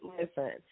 Listen